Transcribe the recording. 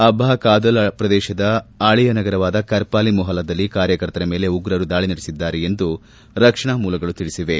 ಅಬ್ಬಾ ಖಾದಲ್ ಪ್ರದೇಶದ ಹಳೆಯ ನಗರವಾದ ಕರ್ಪಾಲಿ ಮೊಹಲಾದಲ್ಲಿ ಕಾರ್ಯಕರ್ತರ ಮೇಲೆ ಉಗ್ರರು ದಾಳಿ ನಡೆಸಿದ್ಗಾರೆ ಎಂದು ರಕ್ಷಣಾ ಮೂಲಗಳು ತಿಳಿಸಿವೆ